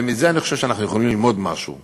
ואני חושב שאנחנו יכולים ללמוד מזה משהו.